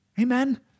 Amen